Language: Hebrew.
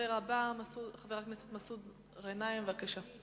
הדובר הבא הוא חבר הכנסת מסעוד גנאים, בבקשה,